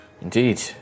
Indeed